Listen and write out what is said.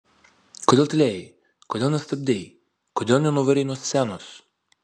kodėl tylėjai kodėl nestabdei kodėl nenuvarei nuo scenos